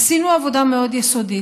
עשינו עבודה מאוד יסודית,